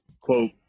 Quote